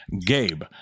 gabe